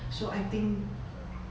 so I think